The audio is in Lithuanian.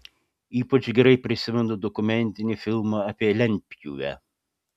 ypač gerai prisimenu dokumentinį filmą apie lentpjūvę